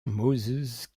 moses